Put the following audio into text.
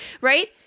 Right